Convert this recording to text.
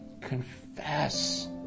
Confess